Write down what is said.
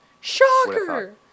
Shocker